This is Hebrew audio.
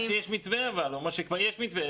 הוא אמר שכבר יש מתווה.